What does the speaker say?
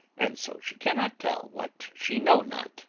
and so she cannot tell what she know not